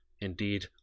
Indeed